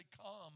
come